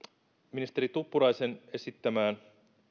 ministeri tuppuraisen esittämään